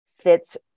fits